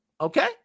okay